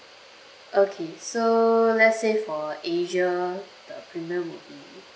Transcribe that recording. okay so let say for asia the premium would be